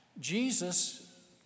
Jesus